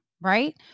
right